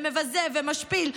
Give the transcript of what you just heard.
ומבזה ומשפיל,